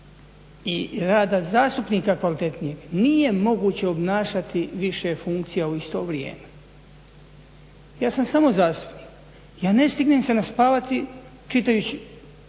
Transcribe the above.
i rada zastupnika kvalitetnijeg nije moguće obnašati više funkcija u isto vrijeme. Ja sam samo zastupnik, ja ne stignem se naspavati čitajući